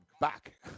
back